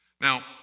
Now